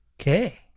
Okay